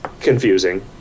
confusing